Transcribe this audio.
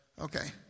Okay